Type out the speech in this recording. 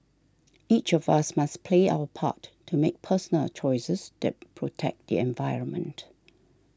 each of us must play our part to make personal choices that protect the environment